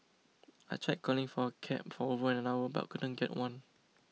I tried calling for a cab for over an hour but couldn't get one